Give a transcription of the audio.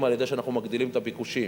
על-ידי זה שאנחנו מגדילים את הביקושים.